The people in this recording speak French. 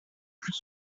plus